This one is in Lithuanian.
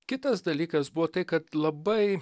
kitas dalykas buvo tai kad labai